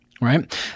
Right